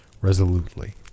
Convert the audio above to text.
resolutely